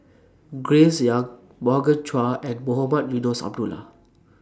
Grace Young Morgan Chua and Mohamed Eunos Abdullah